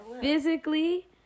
Physically